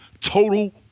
total